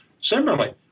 Similarly